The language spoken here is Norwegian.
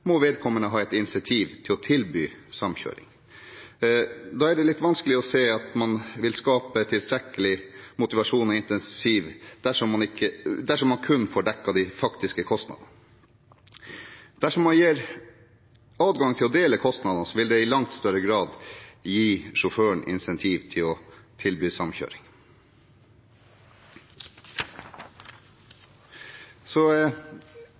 må vedkommende ha et incentiv til å tilby samkjøring. Det er litt vanskelig å se at man vil skape tilstrekkelig motivasjon og incentiv dersom man kun får dekket de faktiske kostnadene. Dersom man gir adgang til å dele kostnadene, vil det i langt større grad gi sjåføren incentiv til å tilby